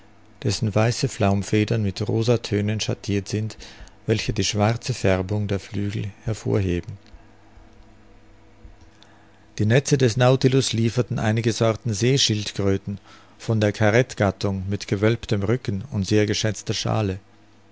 dessen weiße flaumfedern mit rosa tönen schattirt sind welche die schwarze färbung der flügel hervorheben die netze des nautilus lieferten einige sorten seeschildkröten von der karetgattung mit gewölbtem rücken und sehr geschätzter schale